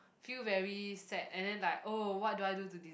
feel very sad and then like oh what do I to de~